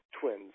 twins